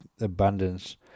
abundance